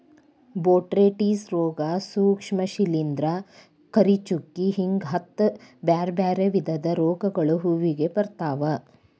botrytis ರೋಗ, ಸೂಕ್ಷ್ಮ ಶಿಲಿಂದ್ರ, ಕರಿಚುಕ್ಕಿ ಹಿಂಗ ಹತ್ತ್ ಬ್ಯಾರ್ಬ್ಯಾರೇ ವಿಧದ ರೋಗಗಳು ಹೂವಿಗೆ ಬರ್ತಾವ